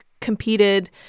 competed